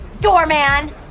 doorman